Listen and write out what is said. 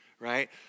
Right